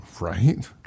Right